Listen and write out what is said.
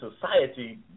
society